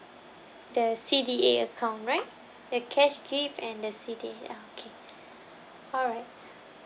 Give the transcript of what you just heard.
the C_D_A account right the cash gift and the C_D_A ah okay alright